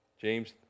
James